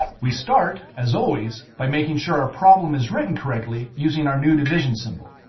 we start, as always, by making sure our problem is written correctly using our new division symbol.